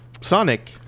Sonic